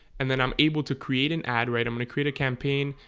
and then i'm able to create an ad right. i'm gonna create a campaign.